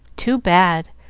too bad!